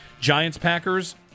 Giants-Packers